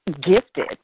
gifted